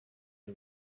who